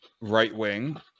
right-wing